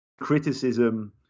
Criticism